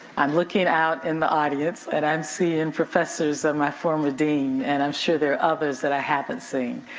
i'm looking out in the audience and i'm seeing professors and my former dean and i'm sure there are others that i haven't seen.